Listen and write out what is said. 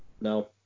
No